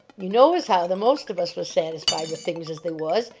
you know as how the most of us was satisfied with things as they was,